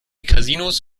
casinos